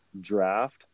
draft